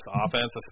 offense